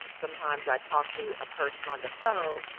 sometimes, i talk to a person on the phone,